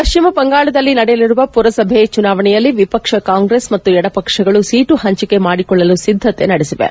ಪಶ್ಚಿಮ ಬಂಗಾಳದಲ್ಲಿ ನಡೆಯಲಿರುವ ಮರಸಭೆ ಚುನಾವಣೆಯಲ್ಲಿ ವಿಪಕ್ಷ ಕಾಂಗ್ರೆಸ್ ಮತ್ತು ಎಡಪಕ್ಷಗಳು ಸೀಟು ಪಂಚಿಕೆ ಮಾಡಿಕೊಳ್ಳಲು ಸಿದ್ಧತೆ ನಡೆಸಿವೆ